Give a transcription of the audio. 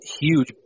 huge